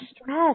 stress